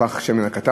פך השמן הקטן,